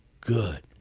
good